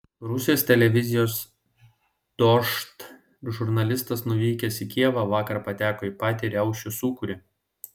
rusijos televizijos dožd žurnalistas nuvykęs į kijevą vakar pateko į patį riaušių sūkurį